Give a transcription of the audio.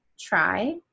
try